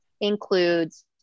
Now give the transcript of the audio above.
includes